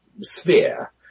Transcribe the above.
sphere